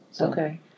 Okay